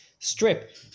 Strip